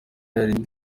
yaririmbye